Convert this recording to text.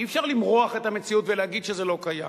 אי-אפשר למרוח את המציאות ולהגיד שזה לא קיים.